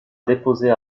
déposer